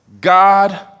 God